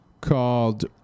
called